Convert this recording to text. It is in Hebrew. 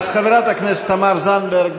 אז חברת הכנסת תמר זנדברג,